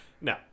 no